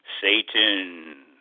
Satan